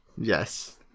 yes